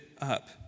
up